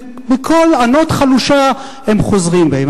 בקול ענות חלושה הם חוזרים בהם.